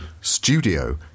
studio